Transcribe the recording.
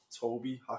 Toby